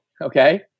okay